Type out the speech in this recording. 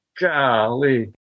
Golly